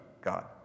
God